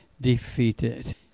defeated